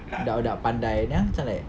budak-budak pandai then aku macam like